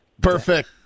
Perfect